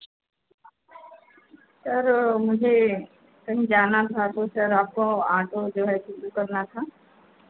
sir मुझे कहीं जाना था तो सर हमको ऑटो जो है सो बुक करना था